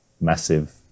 massive